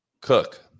Cook